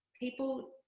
People